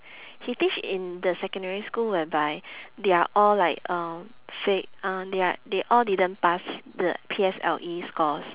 he teach in the secondary school whereby they are all like uh fai~ uh they are they all didn't pass the P_S_L_E scores